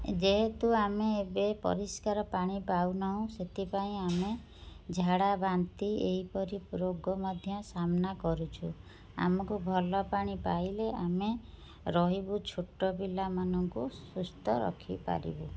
ଯେହେତୁ ଆମେ ଏବେ ପରିଷ୍କାର ପାଣି ପାଉନାହୁଁ ସେଥିପାଇଁ ଆମେ ଝାଡ଼ା ବାନ୍ତି ଏହିପରି ରୋଗ ମଧ୍ୟ ସାମ୍ନା କରୁଛୁ ଆମକୁ ଭଲ ପାଣି ପାଇଲେ ଆମେ ରହିବୁ ଛୋଟ ପିଲାମାନଙ୍କୁ ସୁସ୍ଥ ରଖିପାରିବୁ